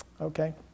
Okay